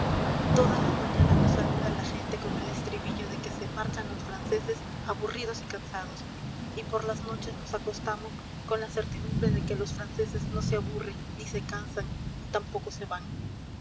todas las mañanas nos saluda la gente con el estribillo de que se marchan los franceses aburridos y cansados y por las noches nos acostamos con la certidumbre de que los franceses no se aburren ni se cansan ni tampoco se van